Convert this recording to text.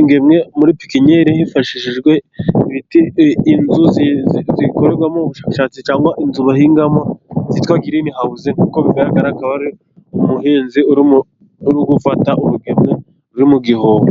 ingemwe muri pikinyeri hifashishijwe inzu zikorerwamo ubushakashatsi, cyangwa inzu bahingamo zitwa girini hawuzi, nk'uko bigaragara akaba ari umuhinzi uri gufata urugemwe ruri mu gihoho.